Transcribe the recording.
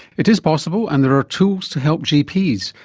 it is possible and there are tools to help gps,